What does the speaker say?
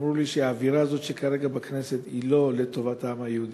הם אמרו לי שהאווירה הזאת שיש כרגע בכנסת היא לא לטובת העם היהודי,